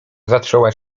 zaczęła